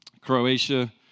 Croatia